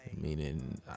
Meaning